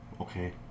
Okay